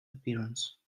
appearance